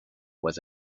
was